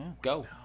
Go